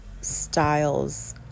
styles